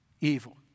evil